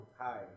Hi